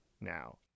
now